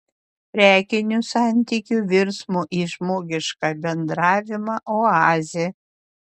prekinių santykių virsmo į žmogišką bendravimą oazė